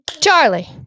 Charlie